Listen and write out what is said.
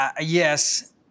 Yes